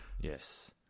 Yes